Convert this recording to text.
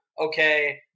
okay